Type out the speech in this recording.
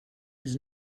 his